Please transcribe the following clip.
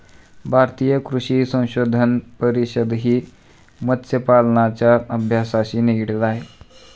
भारतीय कृषी संशोधन परिषदही मत्स्यपालनाच्या अभ्यासाशी निगडित आहे